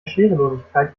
schwerelosigkeit